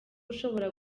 ushobora